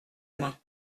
main